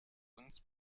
uns